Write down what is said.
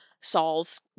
Saul's